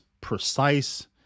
precise